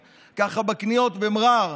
"משכיל לדוד בהיותו במערה תפִלה.